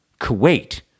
Kuwait